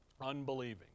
Unbelieving